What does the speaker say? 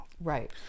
Right